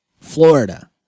Florida